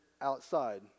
outside